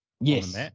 Yes